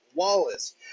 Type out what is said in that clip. Wallace